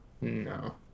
No